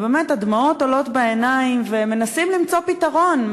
ובאמת הדמעות עולות בעיניים ומנסים למצוא פתרון,